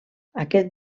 aquest